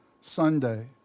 Sunday